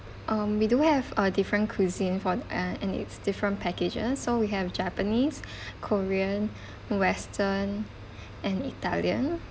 um we do have uh different cuisine for uh in its different packages so we have japanese korean western and italian